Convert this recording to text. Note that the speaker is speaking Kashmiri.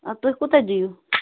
اَدٕ تُہۍ کوتاہ دِیِو